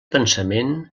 pensament